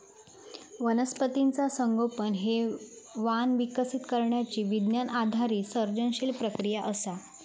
वनस्पतीचा संगोपन हे वाण विकसित करण्यची विज्ञान आधारित सर्जनशील प्रक्रिया असा